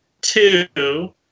two